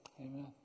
Amen